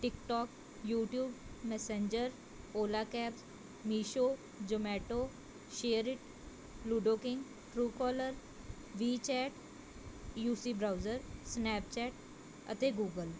TikTok YouTube Messenger Ola cabs Meesho Zomato SHAREit Ludo King Truecaller WeChat U C browser Snapchat ਅਤੇ Google